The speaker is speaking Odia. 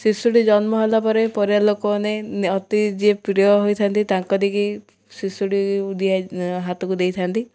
ଶିଶୁଟି ଜନ୍ମ ହେଲା ପରେ ପରିବା ଲୋକମାନେ ଅତି ଯିଏ ପ୍ରିୟ ହୋଇଥାନ୍ତି ତାଙ୍କ ଦେଇକି ଶିଶୁଟି ଦିଆ ହାତକୁ ଦେଇଥାନ୍ତି